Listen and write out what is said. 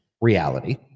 reality